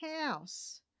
house